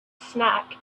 snack